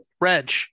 Reg